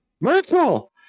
merkel